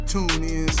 TuneIn